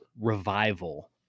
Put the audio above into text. revival